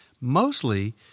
mostly